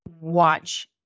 watch